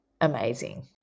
Amazing